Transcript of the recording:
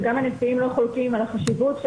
וגם הנשיאים לא חולקים על החשיבות של